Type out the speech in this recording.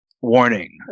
warning